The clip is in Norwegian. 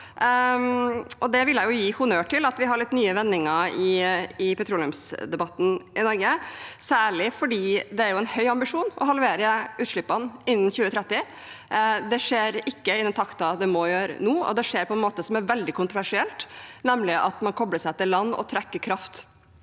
Det vil jeg gi honnør for – at vi har litt nye vendinger i petroleumsdebatten i Norge – særlig fordi det er en høy ambisjon å halvere utslippene innen 2030. Det skjer ikke nå i den takten det må gjøre, og det skjer på en måte som er veldig kontroversiell, nemlig at man kopler seg til land og trekker kraft